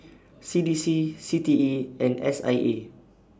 C D C C T E and S I E